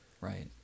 right